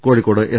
Kozhikode S